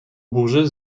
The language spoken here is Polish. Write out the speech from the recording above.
burzy